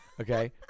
okay